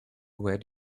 where